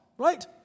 right